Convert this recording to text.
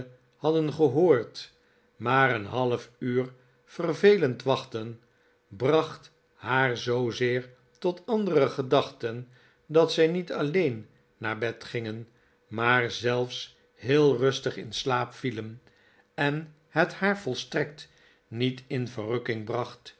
hadden gehoord maar een half uur vervelend wachten bracht haar zoozeer tot andere gedachten dat zij niet alleen naar bed gingen maar zelfs heel rustig in slaap vielen en het haar volstrekt niet in verrukking bracht